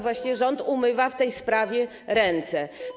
Właściwie rząd umywa w tej sprawie ręce.